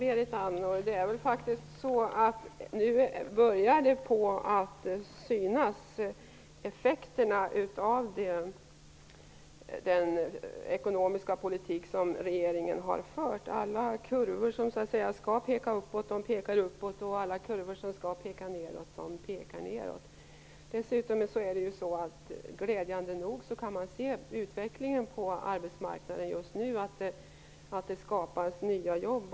Fru talman! Nu börjar faktiskt effekterna av den ekonomiska politik som regeringen har fört att synas, Berit Andnor. Alla kurvor som så att säga skall peka uppåt pekar uppåt. Alla kurvor som skall peka nedåt pekar nedåt. Glädjande nog kan man dessutom se att utvecklingen på arbetsmarknaden just nu innebär att det skapas nya jobb.